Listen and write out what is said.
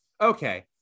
okay